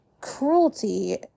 cruelty